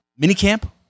Minicamp